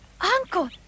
Uncle